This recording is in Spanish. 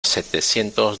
setecientos